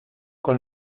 con